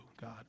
God